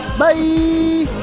bye